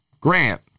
grant